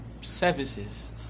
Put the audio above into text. services